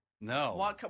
No